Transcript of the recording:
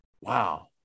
Wow